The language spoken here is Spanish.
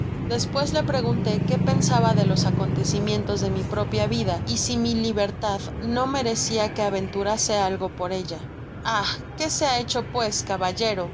despues le pregunté qué pensaba de los acontecimientos de mi propia vida y si mi libertad no merecia que aventurase algo por ella ah qué se ha hecho pues caballero